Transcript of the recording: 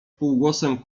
półgłosem